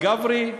חילופי הגברי,